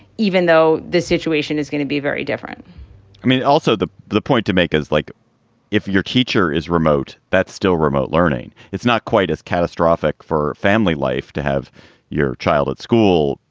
even though this situation is going to be very different i mean, also the the point to make is like if your teacher is remote, that's still remote learning. it's not quite as catastrophic for family life to have your child at school,